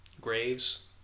graves